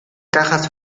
cajas